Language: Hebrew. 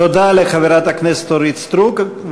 תודה לחברת הכנסת אורית סטרוק.